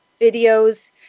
videos